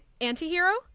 anti-hero